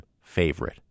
favorite